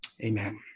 Amen